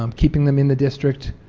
um keeping them in the district,